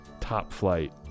top-flight